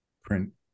print